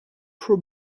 pro